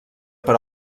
per